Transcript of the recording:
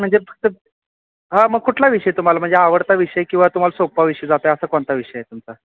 म्हणजे फक्त हां मग कुठला विषय तुम्हाला म्हणजे आवडता विषय किंवा तुम्हाला सोपा विषय जातो आहे असा कोणता विषय आहे तुमचा